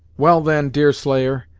well, then, deerslayer,